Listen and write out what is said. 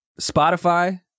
Spotify